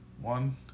one